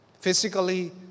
physically